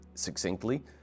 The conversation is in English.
succinctly